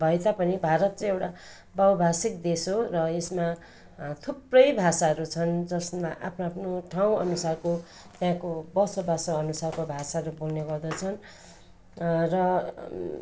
भए तापनि भारत चाहिँ एउटा बहुभाषिक देश हो र यसमा थुप्रै भाषाहरू छन् जसमा आफ्नो आफ्नो ठाउँ अनुसारको त्यहाँको बसोबासो अनुसारको भाषाहरू बोल्ने गर्दछन् र